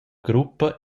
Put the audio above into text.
gruppa